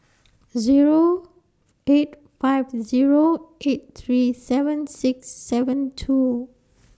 Zero eight five Zero eight three seven six seven two